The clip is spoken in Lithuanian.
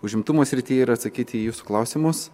užimtumo srity ir atsakyti į jūsų klausimus